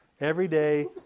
everyday